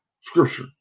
scripture